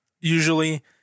usually